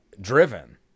driven